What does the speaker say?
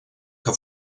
que